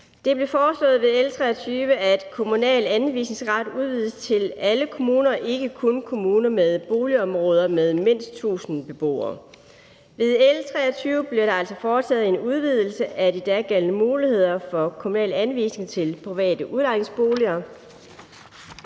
Det blev foreslået ved L 23, at kommunal anvisningsret udvides til alle kommuner, ikke kun kommuner med boligområder med mindst 1.000 beboere. Ved L 23 bliver der altså foretaget en udvidelse af de dagældende muligheder for kommunal anvisning til private udlejningsboliger.